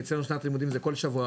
ואצלנו שנת לימודים זה כל שבוע,